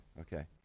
Okay